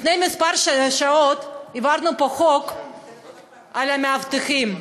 לפני כמה שעות העברנו פה חוק על המאבטחים,